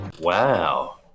Wow